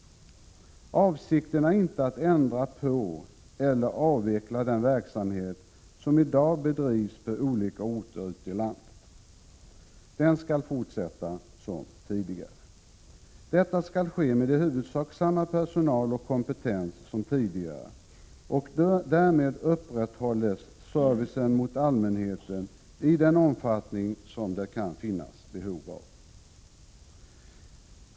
Avsikten är inte att ändra på eller avveckla den verksamhet som i dag bedrivs på olika orter ute i landet. Den skall fortsätta som tidigare. Detta skall ske med i huvudsak samma personal och kompetens som tidigare, och därmed upprätthålls servicen mot allmänheten i den omfattning som det kan finnas behov av.